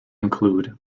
include